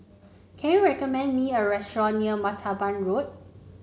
can you recommend me a restaurant near Martaban Road